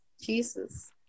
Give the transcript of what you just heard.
Jesus